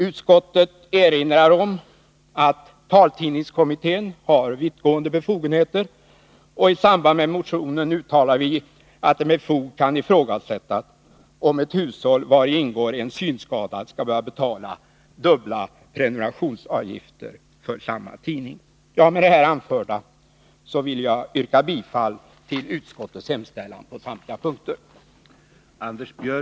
Utskottet erinrar om att taltidningskommittén har vittgående befogenheter. Och i samband med behandlingen av motionen uttalar vi att det med fog kan ifrågasättas om ett hushåll vari ingår en synskadad skall behöva betala dubbel prenumerationsavgift för samma tidning. Med det här anförda vill jag yrka bifall till utskottets hemställan på samtliga punkter.